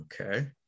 okay